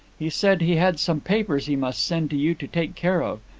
he said he had some papers he must send to you to take care of,